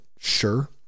sure